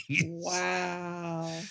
wow